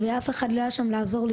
אף אחד לא היה שם לעזור לי.